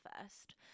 first